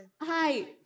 hi